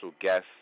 guest